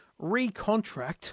recontract